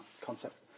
concept